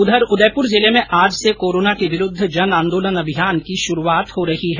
उधर उदयपुर जिले में आज से कोरोना के विरूद्व जन आन्दोलन अभियान की शुरूआत हो रही है